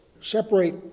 separate